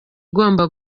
igomba